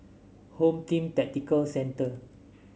Home Team Tactical Centre